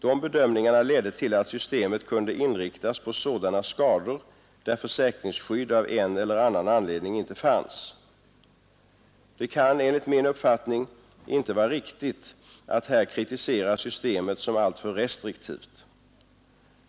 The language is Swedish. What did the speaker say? De bedömningarna ledde till att systemet kunde inriktas på sådana skador där försäkringsskydd av en eller annan anledning inte finns. Det kan enligt min uppfattning inte vara riktigt att här kritisera systemet som alltför restriktivt.